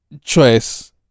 choice